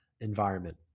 environment